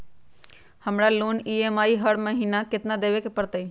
हमरा लोन के ई.एम.आई हर महिना केतना देबे के परतई?